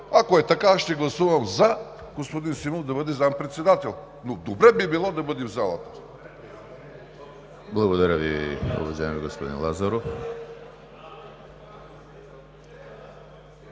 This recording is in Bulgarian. Ако е така, аз ще гласувам за господин Симов да бъде заместник-председател, но добре би било да бъде в залата.